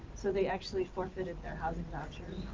so they actually forfeited their housing vouchers,